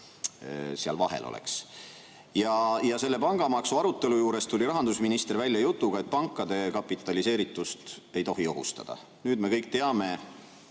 seal vahel oleks. Selle pangamaksu arutelu juures tuli rahandusminister välja jutuga, et pankade kapitaliseeritust ei tohi ohustada. Nüüd me kõik teame,